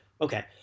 Okay